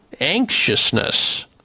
anxiousness